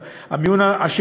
עכשיו גם המיון השני.